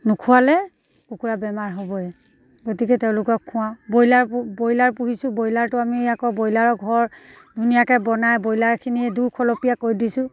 নোখোৱালে কুকুৰা বেমাৰ হ'বই গতিকে তেওঁলোকক খোৱাওঁ ব্ৰইলাৰ ব্ৰইলাৰ পুহিছোঁ ব্ৰইলাৰটো আমি আকৌ ব্ৰইলাৰৰ ঘৰ ধুনীয়াকৈ বনাই ব্ৰইলাৰখিনি দুখলপীয়া কৈ দিছোঁ